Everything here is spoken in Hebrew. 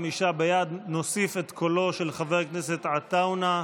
45 בעד, נוסיף את קולו של חבר הכנסת עטאונה.